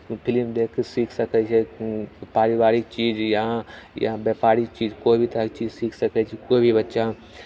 film देखिके सीख सकैत छै पारिबारिक चीज या या बैपारिक चीज कोइ भी तरहके चीज सीख सकैत छै केओ भी बच्चा